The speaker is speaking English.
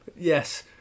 yes